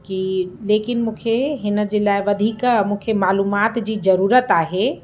कि लेकिन मूंखे हिनजे लाइ वधीक मूंखे मालूमाति जी ज़रूरत आहे